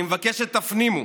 אני מבקש שתפנימו